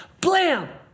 blam